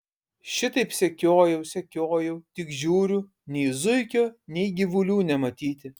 šitaip sekiojau sekiojau tik žiūriu nei zuikio nei gyvulių nematyti